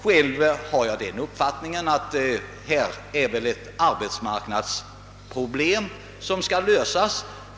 Själv har jag den uppfattningen att det här gäller ett arbetsmarknadsproblem som skall lösas.